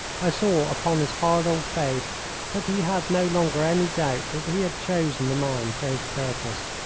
i saw upon his hard old face that he had no longer any doubt that he had chosen the man for his purpose.